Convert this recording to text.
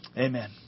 Amen